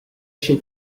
she